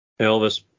elvis